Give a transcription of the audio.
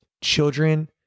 children